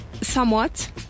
somewhat